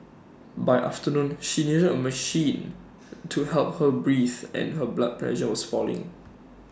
by afternoon she needed A machine to help her breathe and her blood pressure was falling